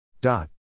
Dot